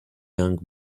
young